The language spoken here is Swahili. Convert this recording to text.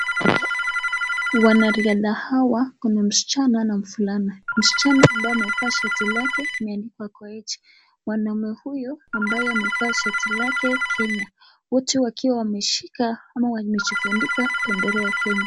Wanariadha hawa kuna mschana na mvulana, mschana ambaye amevaa shati lake imeandikwa Koech, mwanaume huyu ambaye amevaa shati lake Kenya wote wakiwa wameshika ama wameshikilia bendera ya Kenya.